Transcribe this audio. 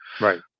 Right